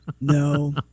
No